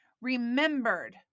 Remembered